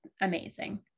amazing